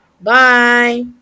bye